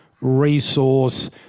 resource